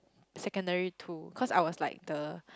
secondary two because I was like the